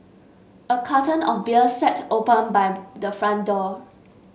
a carton of beer sat open by the front door